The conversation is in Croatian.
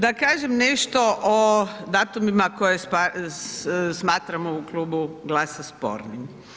Da kažem nešto o datumima koje smatramo u klubu GLAS-a spornim.